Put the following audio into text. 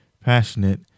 passionate